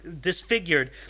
disfigured